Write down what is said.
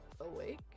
awake